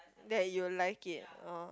that you like it orh